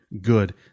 good